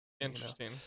interesting